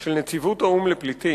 של נציבות האו"ם לפליטים,